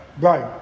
Right